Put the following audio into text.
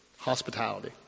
Hospitality